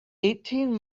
eighteen